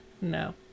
no